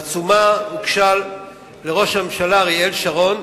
העצומה הוגשה לראש הממשלה אריאל שרון.